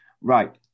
right